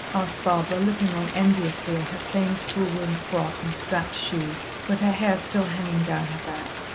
asked barbara, looking on enviously in her plain schoolroom frock and strapped shoes, with her hair still hanging down her back.